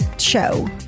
Show